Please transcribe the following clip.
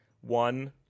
One